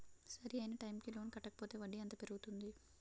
సరి అయినా టైం కి లోన్ కట్టకపోతే వడ్డీ ఎంత పెరుగుతుంది?